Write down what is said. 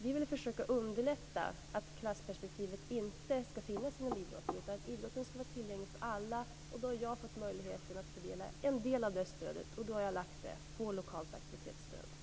Vi vill försöka underlätta för dem att prova på detta, så att det inte skall finnas ett klassperspektiv inom idrotten. Idrotten skall vara tillgänglig för alla. Jag har fått möjlighet att fördela en del av detta stöd, och då har jag lagt detta på det lokala aktivitetsstödet.